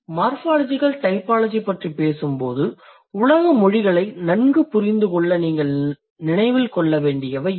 morphological typology பற்றி பேசும்போது உலக மொழிகளை நன்கு புரிந்துகொள்ள நீங்கள் நினைவில் கொள்ள வேண்டியவை இவை